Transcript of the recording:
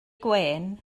gwên